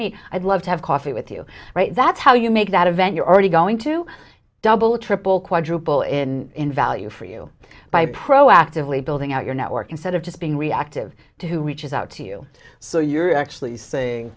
meet i'd love to have coffee with you that's how you make that event you're already going to double triple quadruple in value for you by proactively building out your network instead of just being reactive to who reaches out to you so you're actually saying